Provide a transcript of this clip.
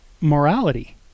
morality